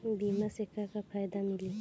बीमा से का का फायदा मिली?